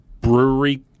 brewery